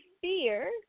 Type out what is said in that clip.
fear